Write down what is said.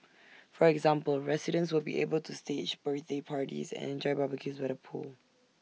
for example residents will be able to stage birthday parties and enjoy barbecues by the pool